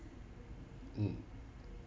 mm